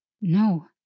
No